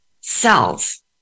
cells